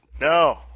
No